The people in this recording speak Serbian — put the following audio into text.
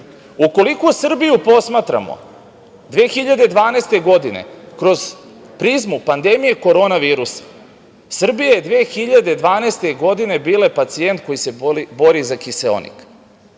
društva. Ukoliko Srbiju posmatramo 2012. godine kroz prizmu pandemije korona virusa, Srbija je 2012. godina bila pacijent koji se bori za kiseonik.